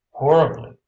horribly